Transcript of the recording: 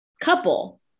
couple